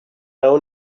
own